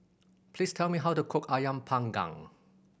please tell me how to cook Ayam Panggang